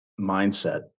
mindset